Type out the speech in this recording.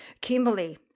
Kimberly